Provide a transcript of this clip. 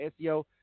seo